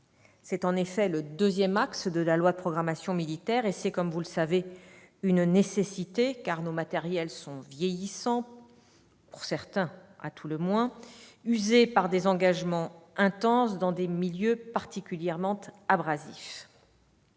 qui est le deuxième axe de la loi de programmation militaire. C''est, comme vous le savez, une nécessité, car nos matériels sont vieillissants pour certains, usés par des engagements intenses dans des milieux particulièrement abrasifs.